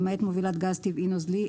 למעט מובילת גז טבעי נוזלי,